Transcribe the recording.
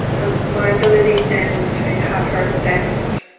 and my ability then to have her assessed.